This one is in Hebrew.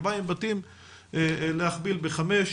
להכפיל בחמש,